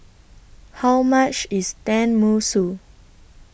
How much IS Tenmusu